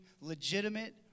legitimate